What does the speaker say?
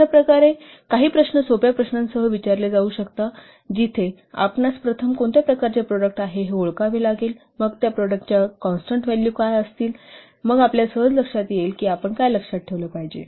अशा प्रकारे परीक्षेत काही प्रश्न सोप्या प्रश्नांसह विचारले जाऊ शकतात जिथे आपणास प्रथम कोणत्या प्रकारचे प्रॉडक्ट आहे हे ओळखावे लागेल आणि मग त्या प्रॉडक्टच्या कॉन्स्टन्ट व्हॅल्यू काय असेल तर मग आपण सहज लक्षात येईल मग आपण काय लक्षात ठेवले पाहिजे